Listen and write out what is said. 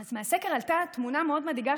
אז מהסקר עלתה תמונה מאוד מדאיגה,